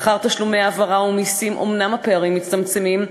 לאחר תשלומי העברה ומסים אומנם הפערים מצטמצמים,